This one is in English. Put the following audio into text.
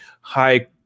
high